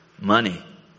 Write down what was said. money